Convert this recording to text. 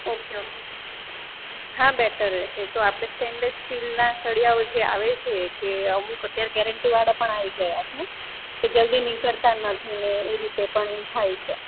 okay okay હા better રહેશે એ તો આપણે સ્ટેનલેસ સ્ટીલના સળિયાઓ જે આવે છે કે અમુક અત્યારે ગેરંટીવાળા પણ આવી ગયા છે એ જલ્દી નીકળતા નથી ને એ રીતે પણ થાય છે